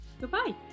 goodbye